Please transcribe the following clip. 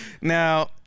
Now